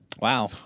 Wow